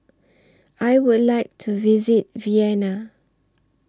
I Would like to visit Vienna